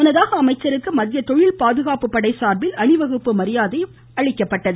முன்னதாக அமைச்சருக்கு மத்திய தொழில் பாதுகாப்பு படை சார்பில் அணிவகுப்பு மரியாதை அளிக்கப்பட்டது